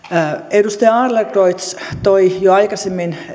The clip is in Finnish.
edustaja adlercreutz toi jo aikaisemmin